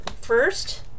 first